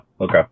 okay